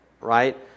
right